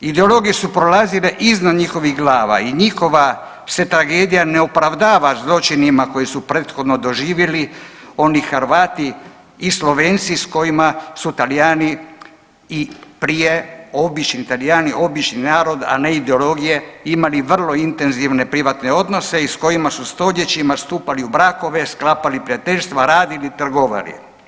Ideologije su prolazile iznad njihovih glava i njihova se tragedija ne opravdava zločinima koje su prethodno doživjeli oni Hrvati i Slovenci s kojima su Talijani i prije, obični Talijani, obični narod, a ne ideologije i imali vrlo intenzivne privatne odnose i s kojima su stoljećima stupali u brakove, sklapali prijateljstva, radili i trgovali.